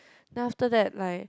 then after that like